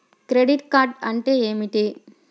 Credit అంటే ఏమిటి?